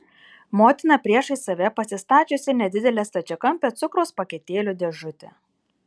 motina priešais save pasistačiusi nedidelę stačiakampę cukraus paketėlių dėžutę